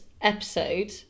episode